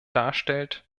darstellt